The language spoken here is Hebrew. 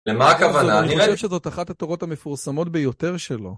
למה הכוונה? אני חושב שזאת אחת התורות המפורסמות ביותר שלו.